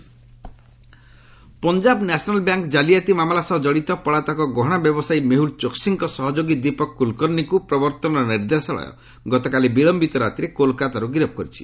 ED arrest Punjab national bank ଜାଲିଆତି ମାମଲା ସହ କଡ଼ିତ ପଳାତକ ଗହଶା ବ୍ୟବସାୟୀ ମେହୁଲ୍ ଚୋକ୍ସୀଙ୍କ ସହଯୋଗୀ ଦୀପକ୍ କୁଲ୍କର୍ଷିଙ୍କୁ ପ୍ରବର୍ତ୍ତନ ନିର୍ଦ୍ଦେଶାଳୟ ଗତକାଲି ବିଳୟିତ ରାତିରେ କୋଲ୍କାତାରୁ ଗିରଫ କରିଛି